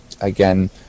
again